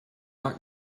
not